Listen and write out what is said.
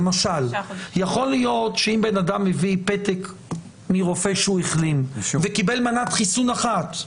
יכול להיות שאם אדם מביא פתק מרופא שהוא החלים וקיבל מנת חיסון אחת,